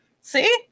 See